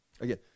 Again